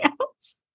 else